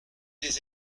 des